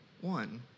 one